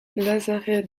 lazare